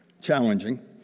challenging